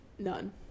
None